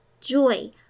joy